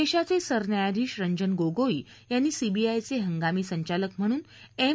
देशांचे सर न्यायाधीश रंजन गोगोई यांनी सीबीआयचे हंगामी संचालक म्हणून एम